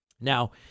Now